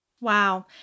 Wow